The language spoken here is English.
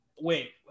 wait